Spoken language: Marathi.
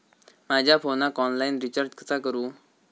माझ्या फोनाक ऑनलाइन रिचार्ज कसा करू?